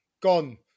gone